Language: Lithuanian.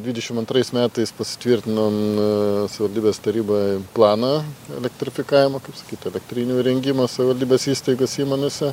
dvidešim antrais metais pasitvirtinom savivaldybės taryba planą elektrifikavimo kaip sakyt elektrinių įrengimo savaldybės įstaigose įmonėse